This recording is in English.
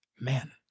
man